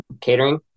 catering